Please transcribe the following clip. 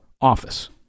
office